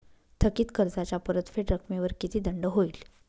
थकीत कर्जाच्या परतफेड रकमेवर किती दंड होईल?